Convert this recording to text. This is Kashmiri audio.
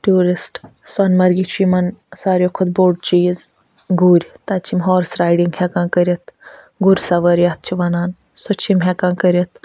ٹیوٗرِسٹ سۄنہٕ مرگہِ چھِ یِمَن ساروی کھۄتہٕ بوٚڈ چیٖز گُرۍ تَتہِ چھِ یِم ہارٕس رایڈِنٛگ ہٮ۪کان کٔرِتھ گُرۍ سَوٲری یَتھ چھِ وَنان سُہ چھِ یِم ہٮ۪کان کٔرِتھ